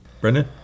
Brendan